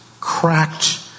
cracked